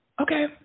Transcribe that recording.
Okay